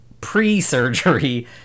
pre-surgery